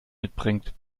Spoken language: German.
mitbringt